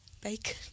Bacon